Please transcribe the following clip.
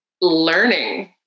learning